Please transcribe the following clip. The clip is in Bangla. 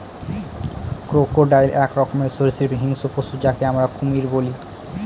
ক্রোকোডাইল এক রকমের সরীসৃপ হিংস্র পশু যাকে আমরা কুমির বলি